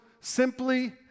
Simply